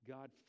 God